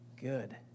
good